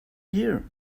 here